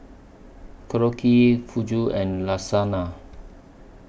Korokke Fugu and Lasagna